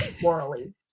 morally